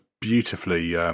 beautifully